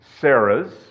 Sarah's